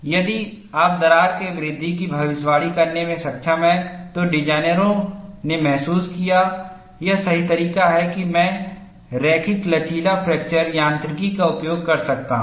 यदि आप दरार के वृद्धि की भविष्यवाणी करने में सक्षम हैं तो डिज़ाइनरों ने महसूस किया यह सही तरीका है कि मैं रैखिक लचीला फ्रैक्चर यांत्रिकी का उपयोग कर सकता हूं